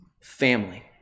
family